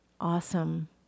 awesome